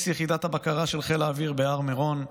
יחידת הבקרה של חיל האוויר בהר מירון,